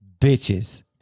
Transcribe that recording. bitches